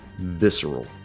visceral